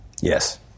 Yes